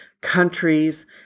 countries